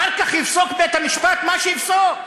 אחר כך יפסוק בית-המשפט מה שיפסוק.